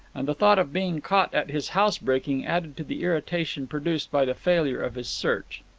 and the thought of being caught at his housebreaking added to the irritation produced by the failure of his search.